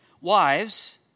Wives